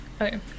Okay